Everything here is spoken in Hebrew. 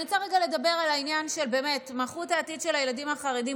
אני רוצה רגע לדבר על העניין שבאמת מכרו את העתיד של הילדים החרדים,